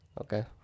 Okay